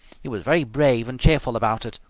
he was very brave and cheerful about it.